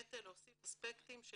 באמת להוסיף אספקטים של